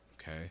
Okay